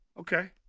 Okay